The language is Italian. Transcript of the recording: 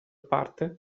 parte